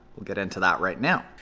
we'll get into that right now.